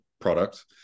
product